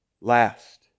Last